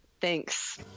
Thanks